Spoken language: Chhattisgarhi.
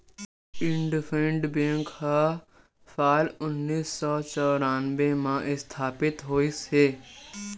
इंडसइंड बेंक ह साल उन्नीस सौ चैरानबे म इस्थापित होइस हे